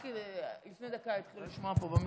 רק לפני דקה התחילו לשמוע פה במיקרופונים.